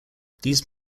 these